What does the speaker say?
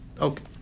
Okay